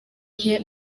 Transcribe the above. nke